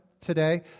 today